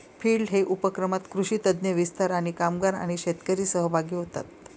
field day उपक्रमात कृषी तज्ञ, विस्तार कामगार आणि शेतकरी सहभागी होतात